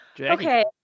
Okay